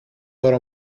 ώρα